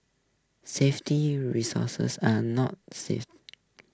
safety resources are not safe